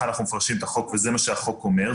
אנחנו מפרשים את החוק וזה מה שהחוק אומר.